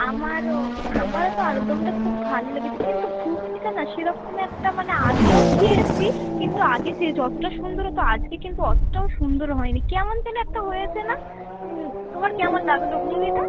আমারও আমারও তো আলুরদমটা খুব ভালো লেগেছে কিন্তু ঘুগনিটা না সেরকম একটা মানে আগেও খেয়েছি কিন্তু আগে যে যতোটা সুন্দর হতো আজকে কিন্তু অতোটাও সুন্দর হয় নি কেমন যেন একটা হয়েছে না তোমার কেমন লাগলো ঘুগনিটা